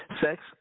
Sex